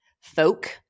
folk